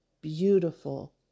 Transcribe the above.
beautiful